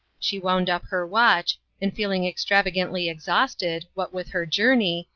she wound up her watch, and feeling extravagantly exhausted, what with her journey,